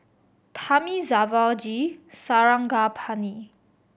Thamizhavel G Sarangapani